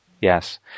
yes